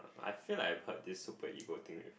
I feel like I've heard this super ego thing